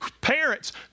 parents